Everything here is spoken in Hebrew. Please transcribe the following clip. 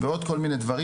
ועוד כל מיני דברים.